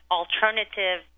alternative